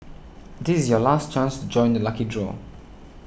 this is your last chance to join the lucky draw